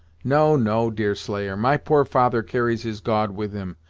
no, no, deerslayer my poor father carries his god with him,